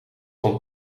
van